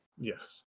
Yes